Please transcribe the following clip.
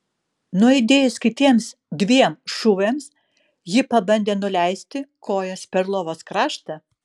nuaidėjus kitiems dviem šūviams ji pabandė nuleisti kojas per lovos kraštą